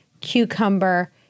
cucumber